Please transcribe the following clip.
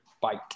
bike